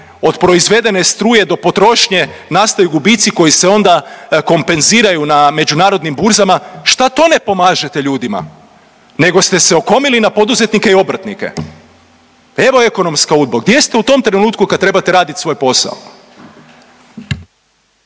od proizvedene struje do potrošnje nastaju gubitci koji se onda kompenziraju na međunarodnim burzama, šta to ne pomažete ljudima nego ste se okomili na poduzetnike i obrtnike. Evo, ekonomska UDBA-a, gdje ste u tom trenutku kad trebate raditi svoj posao?